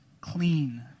clean